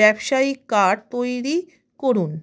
ব্যবসায়িক কার্ড তৈরি করুন